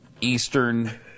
eastern